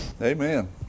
Amen